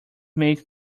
make